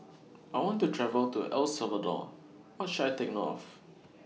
I want to travel to El Salvador What should I Take note of